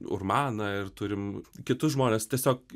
urmaną ir turim kitus žmones tiesiog